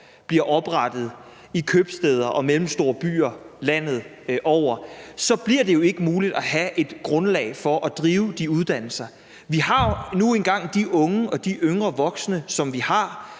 bliver oprettet i købstæder og mellemstore byer landet over, jo ikke muligt at have et studentergrundlag for at drive de uddannelser. Vi har jo nu engang de unge og de yngre voksne, som vi har.